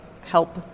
help